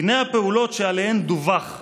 הינה הפעולות שעליהן דֻווח,